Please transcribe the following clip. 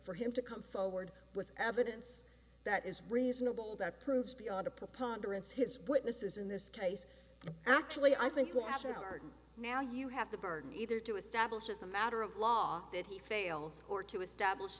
for him to come forward with evidence that is reasonable that proves beyond a preponderance his witnesses in this case actually i think you have an hour now you have the burden either to establish as a matter of law that he fails or to establish